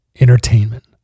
entertainment